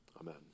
Amen